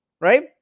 right